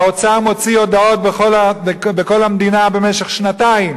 האוצר מוציא הודעות בכל המדינה במשך שנתיים